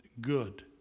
good